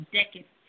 decades